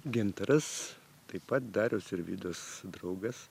gintaras taip pat dariaus ir vidos draugas